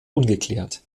ungeklärt